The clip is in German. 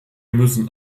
müssen